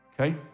Okay